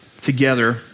together